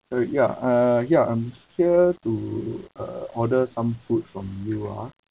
so ya uh ya I'm here to uh order some food from you ah